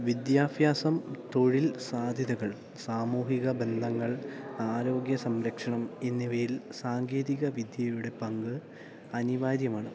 വിദ്യാഭ്യാസം തൊഴിൽ സാധ്യതകൾ സാമൂഹിക ബന്ധങ്ങൾ ആരോഗ്യ സംരക്ഷണം എന്നിവയിൽ സാങ്കേതിക വിദ്യയുടെ പങ്ക് അനിവാര്യമാണ്